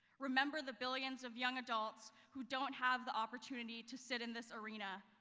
remember the billions of young adults who don't have the opportunity to sit in this arena,